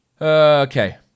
Okay